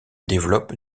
développe